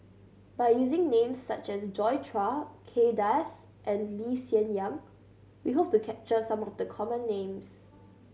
by using names such as Joi Chua Kay Das and Lee Hsien Yang we hope to capture some of the common names